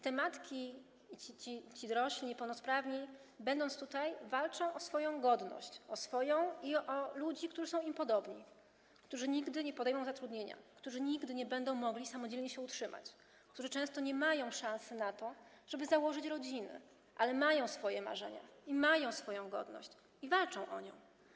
Te matki, ci dorośli niepełnosprawni, będąc tutaj, walczą o swoją godność, swoją i ludzi, którzy są do nich podobni, którzy nigdy nie podejmą zatrudnienia, którzy nigdy nie będą mogli samodzielnie się utrzymać, którzy często nie mają szansy na to, żeby założyć rodzinę, ale mają swoje marzenia, mają swoją godność i walczą o nią.